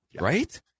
right